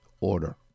order